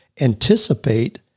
anticipate